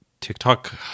TikTok